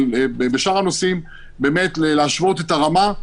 אבל בשאר הנושאים באמת להשוות את הרמה.